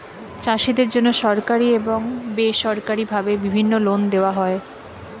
চাষীদের জন্যে সরকারি এবং বেসরকারি ভাবে বিভিন্ন লোন দেওয়া হয়